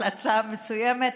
על הצעה מסוימת,